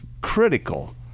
critical